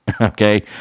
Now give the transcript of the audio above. okay